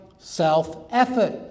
self-effort